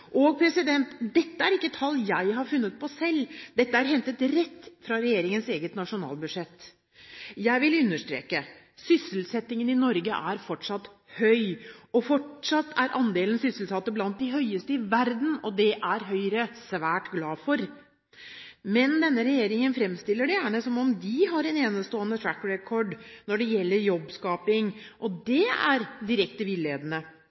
Dette er ikke tall jeg har funnet på selv, dette er hentet rett fra regjeringens eget nasjonalbudsjett. Jeg vil understreke: Sysselsettingen i Norge er fortsatt høy, og fortsatt er andelen sysselsatte blant de høyeste i verden, og det er Høyre svært glad for. Men denne regjeringen fremstiller det gjerne som om de har enestående «track record» når det gjelder jobbskaping, og det er direkte villedende.